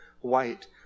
white